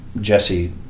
Jesse